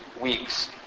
weeks